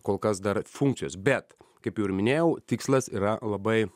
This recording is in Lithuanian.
kol kas dar funkcijos bet kaip jau ir minėjau tikslas yra labai